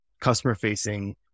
customer-facing